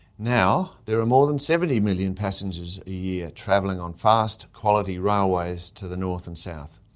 now, there are more than seventy million passengers a year travelling on fast, quality railways to the north and south.